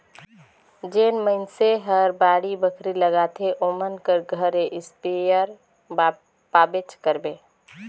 जेन मइनसे हर बाड़ी बखरी लगाथे ओमन कर घरे इस्पेयर पाबेच करबे